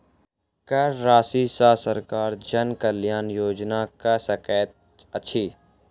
कर राशि सॅ सरकार जन कल्याण योजना कअ सकैत अछि